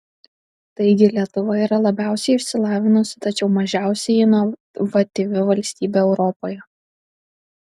taigi lietuva yra labiausiai išsilavinusi tačiau mažiausiai inovatyvi valstybė europoje